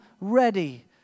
ready